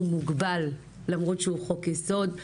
הוא מוגבל למרות שהוא חוק יסוד,